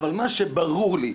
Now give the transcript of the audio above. אבל מה שברור לי,